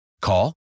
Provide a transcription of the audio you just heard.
Call